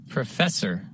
Professor